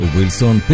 Wilson